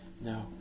no